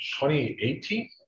2018